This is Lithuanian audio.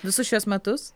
visus šiuos metus